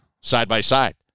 side-by-side